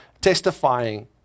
testifying